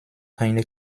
keine